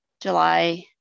July